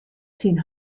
syn